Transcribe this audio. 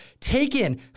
taken